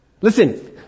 Listen